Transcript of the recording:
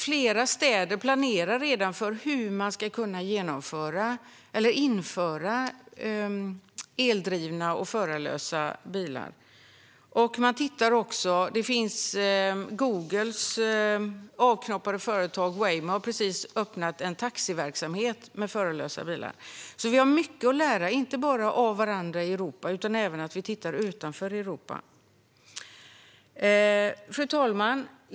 Flera städer planerar redan för hur man ska kunna införa eldrivna, förarlösa bilar. Googles avknoppade företag Waymo har precis startat en taxiverksamhet med förarlösa bilar. Vi har alltså mycket att lära, inte bara av varandra i Europa utan även genom att titta utanför Europa. Fru talman!